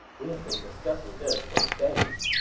we have been discussing this for days.